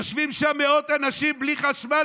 יושבים שם מאות אנשים בלי חשמל,